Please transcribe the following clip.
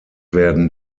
werden